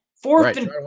Fourth